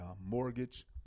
mortgage